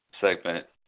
segment